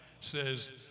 says